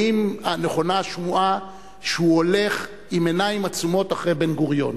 האם נכונה השמועה שהוא הולך בעיניים עצומות אחרי בן-גוריון,